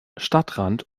stadtrand